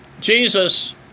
Jesus